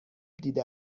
دیده